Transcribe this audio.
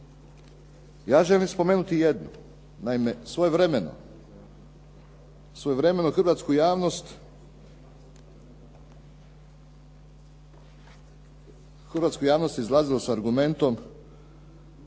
Ja želim spomenuti jednu. Naime, svojevremeno u hrvatsku javnost se izlazilo s argumentom